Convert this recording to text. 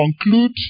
conclude